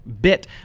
bit